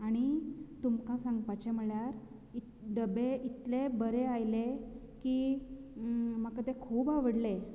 आनी तुमकां सांगपाचें म्हळ्यार डबे इतले बरें आयले की म्हाका तें खूब आवडले